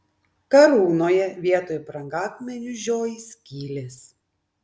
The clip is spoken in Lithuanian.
karūnoje vietoj brangakmenių žioji skylės